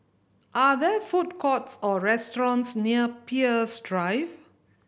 are there food courts or restaurants near Peirce Drive